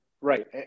Right